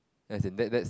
as in that that's